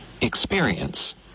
Experience